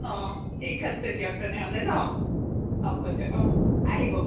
অ' ঠিক আছে দিয়ক তেনেহ'লে ন হ'ব দিয়ক অ' আহিব